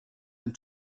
amb